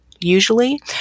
usually